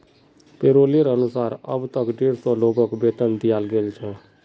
पैरोलेर अनुसार अब तक डेढ़ सौ लोगक वेतन दियाल गेल छेक